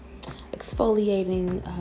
exfoliating